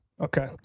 okay